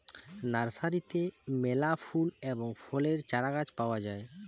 নার্সারিতে মেলা ফুল এবং ফলের চারাগাছ পাওয়া যায়